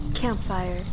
Campfire